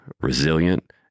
resilient